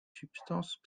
substances